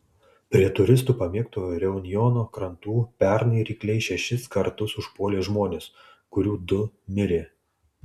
prie turistų pamėgto reunjono krantų pernai rykliai šešis kartus užpuolė žmones kurių du mirė